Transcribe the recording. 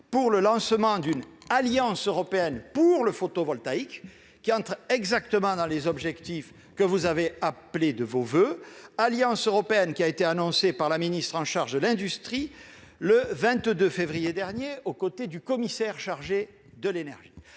pour le lancement d'une alliance européenne pour le photovoltaïque, qui entre exactement dans les objectifs que vous avez appelés de vos voeux, alliance européenne qui a été annoncée par la ministre déléguée chargée de l'industrie le 22 février dernier, aux côtés du commissaire chargé de l'énergie.